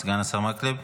סגן השר מקלב,